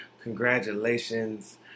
Congratulations